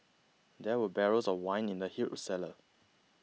there were barrels of wine in the huge cellar